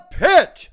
pit